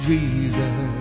Jesus